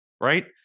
right